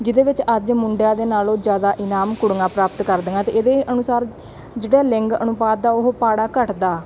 ਜਿਹਦੇ ਵਿੱਚ ਅੱਜ ਮੁੰਡਿਆਂ ਦੇ ਨਾਲੋਂ ਜ਼ਿਆਦਾ ਇਨਾਮ ਕੁੜੀਆਂ ਪ੍ਰਾਪਤ ਕਰਦੀਆਂ ਅਤੇ ਇਹਦੇ ਅਨੁਸਾਰ ਜਿਹੜਾ ਲਿੰਗ ਅਨੁਪਾਤ ਦਾ ਉਹ ਪਾੜਾ ਘੱਟਦਾ